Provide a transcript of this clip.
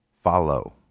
follow